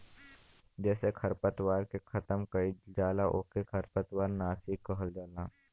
जेसे खरपतवार के खतम कइल जाला ओके खरपतवार नाशी कहल जाला